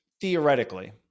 theoretically